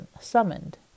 summoned